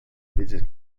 physics